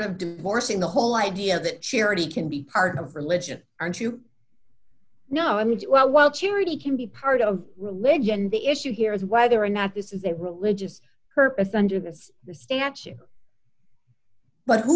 of divorcing the whole idea that charity can be part of religion aren't you know i mean it well well charity can be part of religion the issue here is whether or not this is a religious purpose under this statute but who